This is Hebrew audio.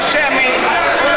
שמית.